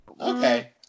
Okay